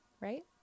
right